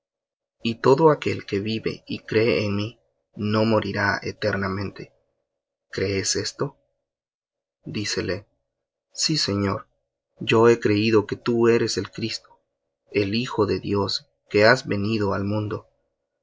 y todo aquel que vive y cree en mí no morirá eternamente crees esto dícele sí señor yo he creído que tú eres el cristo el hijo de dios que has venido al mundo